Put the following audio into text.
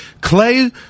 Clay